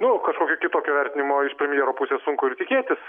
nu kažkokio kitokio vertinimo iš premjero pusės sunku ir tikėtis